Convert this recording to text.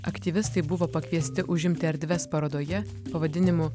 aktyvistai buvo pakviesti užimti erdves parodoje pavadinimu